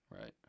Right